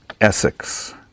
Essex